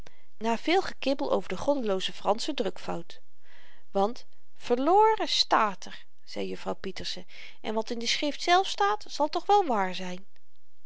na veel gekibbel over de goddelooze fransche drukfout want verloren stààt er zei juffrouw pieterse en wat in de schrift zelf staat zal toch wel waar zyn